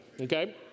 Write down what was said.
Okay